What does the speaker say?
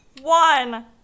one